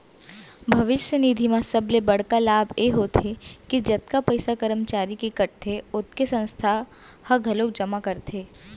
भविस्य निधि म सबले बड़का लाभ ए होथे के जतका पइसा करमचारी के कटथे ओतके संस्था ह घलोक जमा करथे